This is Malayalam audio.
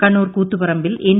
കണ്ണൂർ കൂത്തു പറമ്പിൽ എൻ